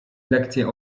lekcje